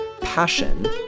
passion